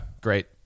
great